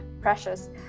precious